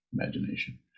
Imagination